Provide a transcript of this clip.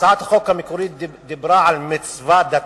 הצעת החוק המקורית דיברה על מצווה דתית,